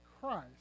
Christ